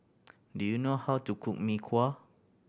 do you know how to cook Mee Kuah